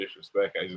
disrespect